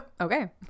Okay